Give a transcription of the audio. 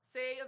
Say